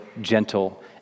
gentle